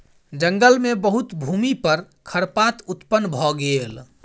जंगल मे बहुत भूमि पर खरपात उत्पन्न भ गेल